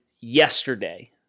yesterday